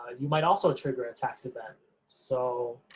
you might also trigger a tax event so